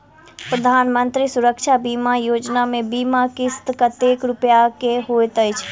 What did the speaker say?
प्रधानमंत्री सुरक्षा बीमा योजना मे बीमा किस्त कतेक रूपया केँ होइत अछि?